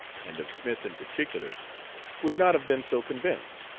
and of smith in particular would not have been so convinced?